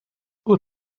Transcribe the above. wyt